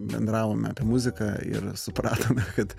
bendravome apie muziką ir supratome kad